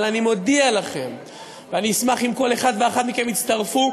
אבל אני מודיע לכם ואני אשמח אם כל אחד ואחת מכם יצטרפו,